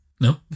No